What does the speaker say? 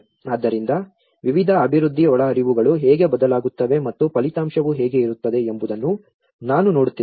ಆದ್ದರಿಂದ ವಿವಿಧ ಅಭಿವೃದ್ಧಿ ಒಳಹರಿವುಗಳು ಹೇಗೆ ಬದಲಾಗುತ್ತವೆ ಮತ್ತು ಫಲಿತಾಂಶವು ಹೇಗೆ ಇರುತ್ತದೆ ಎಂಬುದನ್ನು ನಾನು ನೋಡುತ್ತಿದ್ದೇನೆ